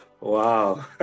Wow